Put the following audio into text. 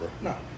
No